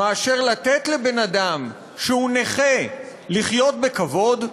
מאשר לתת לבן-אדם שהוא נכה לחיות בכבוד?